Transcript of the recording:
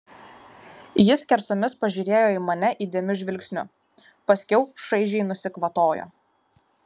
ji skersomis pažiūrėjo į mane įdėmiu žvilgsniu paskiau šaižiai nusikvatojo